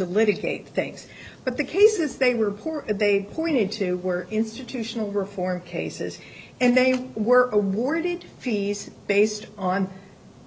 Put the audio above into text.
litigate things but the cases they were poor they pointed to were institutional reform cases and they were awarded fees based on